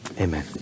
amen